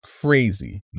crazy